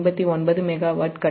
MW face